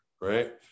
right